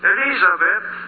Elizabeth